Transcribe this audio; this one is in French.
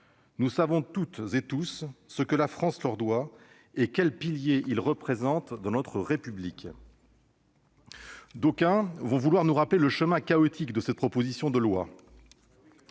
Nous savons tous ce que la France leur doit et quel pilier ils constituent dans notre république. D'aucuns voudront nous rappeler le chemin chaotique de cette proposition de loi